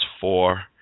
four